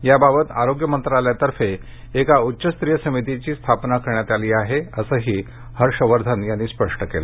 याबाबत आरोग्य मंत्रालयातर्फे एका उच्च स्तरीय समितीची स्थापना करण्यात आली आहे असंही हर्ष वर्धन यांनी स्पष्ट केलं